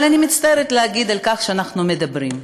אבל אני מצטערת להגיד על כך שאנחנו מדברים.